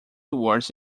towards